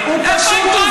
הוא פשוט,